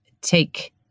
take